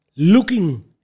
Looking